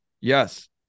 Yes